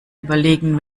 überlegen